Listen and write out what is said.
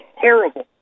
terrible